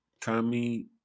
Tommy